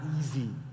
easy